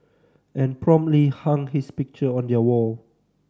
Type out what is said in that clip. and promptly hung his picture on their wall